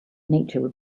nature